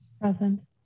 Present